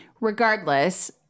Regardless